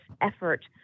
effort